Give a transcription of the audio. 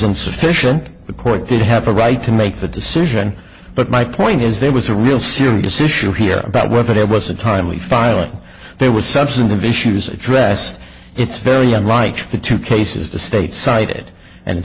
insufficient the court did have a right to make the decision but my point is there was a real serious issue here about whether there was a timely filing there was substantive issues addressed it's very unlike the two cases the states cited and